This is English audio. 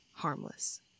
harmless